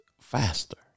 faster